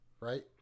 right